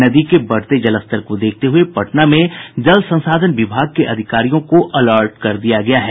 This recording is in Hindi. नदी के बढ़ते जलस्तर को देखते हुए पटना में जल संसाधन विभाग के अधिकारियों को अलर्ट कर दिया गया है